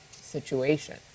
situation